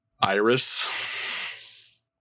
iris